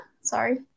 sorry